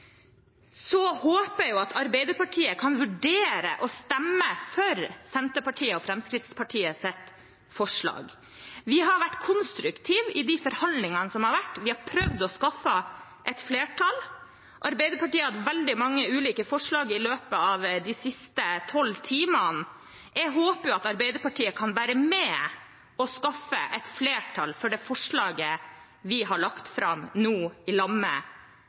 Så håper jeg at Arbeiderpartiet kan vurdere å stemme for Senterpartiet og Fremskrittspartiets forslag. Vi har vært konstruktive i de forhandlingene som har vært, vi har prøvd å skaffe et flertall. Arbeiderpartiet har hatt veldig mange ulike forslag i løpet av de siste tolv timene. Jeg håper at Arbeiderpartiet kan være med og skaffe et flertall for det forslaget vi har lagt fram nå, sammen med Fremskrittspartiet. Hvis Arbeiderpartiet er opptatt av å få flertall i